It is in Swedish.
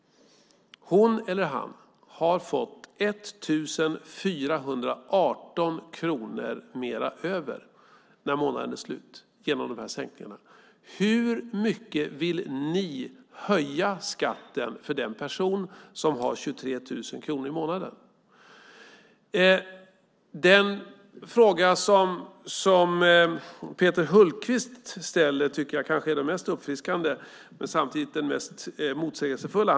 Hon eller han har fått 1 418 kronor mer över när månaden är slut genom de här sänkningarna. Hur mycket vill ni höja skatten för den person som har 23 000 kronor i månaden? Den fråga som Peter Hultqvist ställer tycker jag kanske är den mest uppfriskande men samtidigt den mest motsägelsefulla.